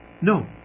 No